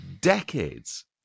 decades